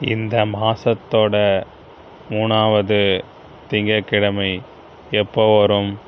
இந்த மாதத்தோட மூணாவது திங்கக்கிழமை எப்போ வரும்